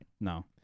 No